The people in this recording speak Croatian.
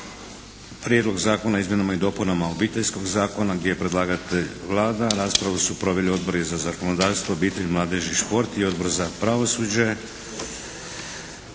Prijedlog zakona o izmjenama i dopunama Obiteljskog zakona gdje je predlagatelj Vlada. Raspravu su proveli odbori za zakonodavstvo, obitelj, mladež i šport i Odbor za pravosuđe.